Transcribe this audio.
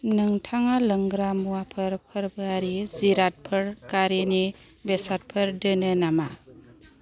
नोंथाङा लोंग्रा मुवाफोर फोर्बोयारि जिरादफोर गारिनि बेसादफोर दोनो नामा